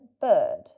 bird